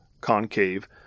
concave